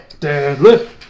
Deadlift